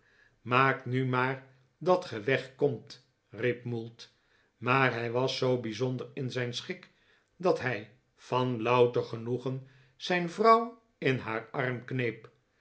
maak nu maar dat ge wegkomt riep mould maar hij was zoo bijzonder in zijn schik dat hij van louter genoegen zijn vrouw in haar arm kneep